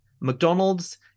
McDonald's